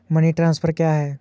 Money transfer क्या है?